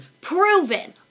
Proven